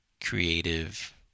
Creative